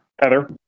Heather